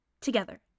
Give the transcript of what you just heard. together